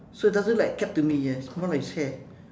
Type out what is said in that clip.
so it doesn't look like cap to me yes more like his hair